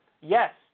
yes